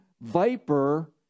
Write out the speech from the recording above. viper